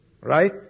Right